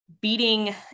beating